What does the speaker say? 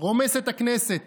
רומס את הכנסת